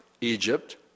Egypt